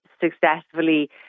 successfully